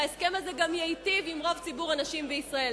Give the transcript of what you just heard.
וההסכם הזה גם ייטיב עם רוב ציבור הנשים בישראל.